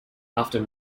after